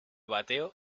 bateo